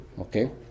Okay